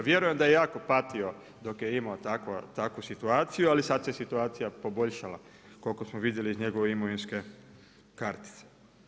Vjerujem da je jako patio dok je imao takvu situaciju, ali sad se situacija poboljšala, koliko smo vidjeli iz njegove imovinske kartice.